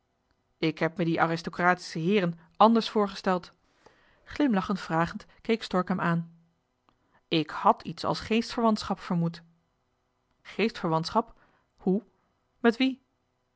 ik heb me die aristocratische heeren anders voorgesteld glimlachend vragend keek stork hem aan ik hàd iets als geestverwantschap vermoed geestverwantschap hoe met wie